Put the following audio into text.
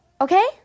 okay